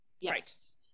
Yes